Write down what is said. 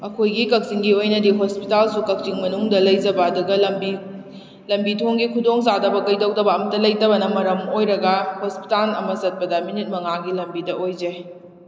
ꯑꯩꯈꯣꯏꯒꯤ ꯀꯛꯆꯤꯡꯒꯤ ꯑꯣꯏꯅꯗꯤ ꯍꯣꯁꯄꯤꯇꯥꯜꯁꯨ ꯀꯛꯆꯤꯡ ꯃꯅꯨꯡꯗ ꯂꯩꯖꯕ ꯑꯗꯨꯒ ꯂꯝꯕꯤ ꯂꯝꯕꯤ ꯊꯣꯡꯒꯤ ꯈꯨꯗꯣꯡ ꯆꯥꯗꯕ ꯀꯩꯗꯧꯗꯕ ꯑꯝꯇ ꯂꯩꯇꯕꯅ ꯃꯔꯝ ꯑꯣꯏꯔꯒ ꯍꯣꯁꯄꯤꯇꯥꯟ ꯑꯃ ꯆꯠꯄꯗ ꯃꯤꯅꯤꯠ ꯃꯉꯥꯒꯤ ꯂꯝꯕꯤꯇ ꯑꯣꯏꯖꯩ